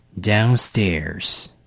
Downstairs